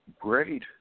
great